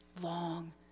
long